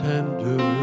Tender